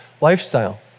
lifestyle